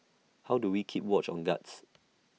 how do we keep watch on guards